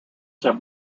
have